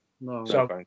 no